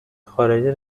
خارجه